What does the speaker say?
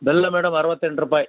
ಬೆಲ್ಲ ಮೇಡಮ್ ಅರ್ವತ್ತೆಂಟು ರೂಪಾಯಿ